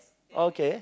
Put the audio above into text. okay